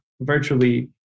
virtually